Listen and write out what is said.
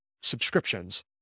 subscriptions